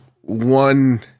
one